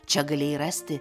čia galėjai rasti